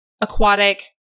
aquatic